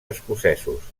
escocesos